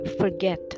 forget